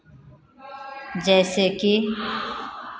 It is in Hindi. जैसे कि